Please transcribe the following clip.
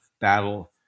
battle